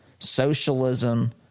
socialism